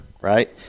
right